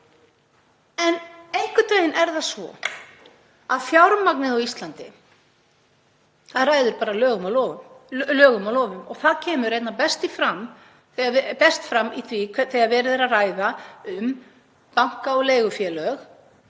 Einhvern veginn er það svo að fjármagnið á Íslandi ræður lögum og lofum og það kemur einna best fram þegar verið er að ræða um banka og leigufélög